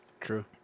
True